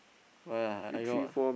bye I go